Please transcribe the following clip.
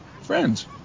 friends